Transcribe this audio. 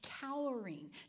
cowering